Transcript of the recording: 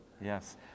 Yes